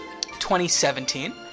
2017